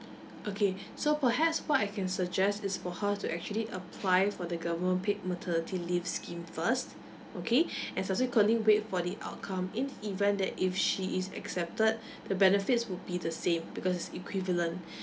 okay so perhaps what I can suggest is for her to actually apply for the government paid maternity leave scheme first okay and subsequently wait for the outcome in the event that if she is accepted the benefits will be the same because it's equivalent